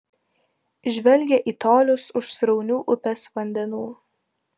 žvelgia į tolius už sraunių upės vandenų